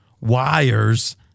wires